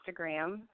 Instagram